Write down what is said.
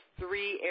three